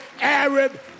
Arab